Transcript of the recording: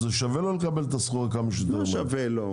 זה שווה לו לקבל את הסחורה כמה שיותר מהר.